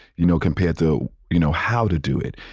you know, compared to, you know, how to do it.